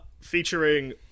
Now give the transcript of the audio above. featuring